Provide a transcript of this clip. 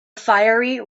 fiery